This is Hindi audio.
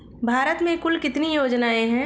भारत में कुल कितनी योजनाएं हैं?